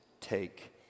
take